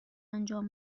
انجام